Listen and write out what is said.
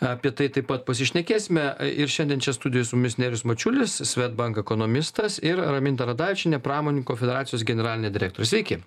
apie tai taip pat pasišnekėsime ir šiandien čia studijoj su mumis nerijus mačiulis svedbank ekonomistas ir raminta radavičienė pramoninkų federacijos generalinė direktorė sveiki